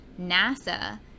NASA